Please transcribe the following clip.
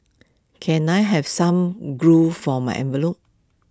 can I have some glue for my envelopes